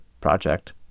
project